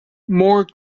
more